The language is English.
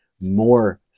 more